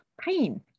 pain